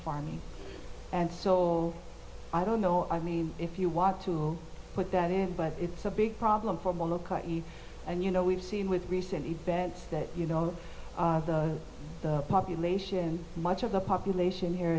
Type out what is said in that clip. farming and so i don't know i mean if you want to put that in but it's a big problem for you and you know we've seen with recent events that you know the population much of the population here